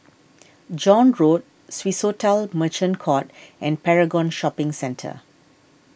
John Road Swissotel Merchant Court and Paragon Shopping Centre